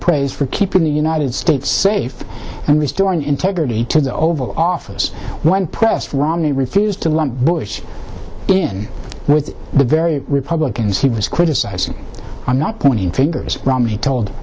praise for keeping the united states safe and restoring integrity to the oval office when pressed romney refused to lump bush in with the very republicans he was criticizing i'm not pointing fingers romney